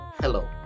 Hello